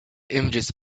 images